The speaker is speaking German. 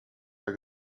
der